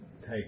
take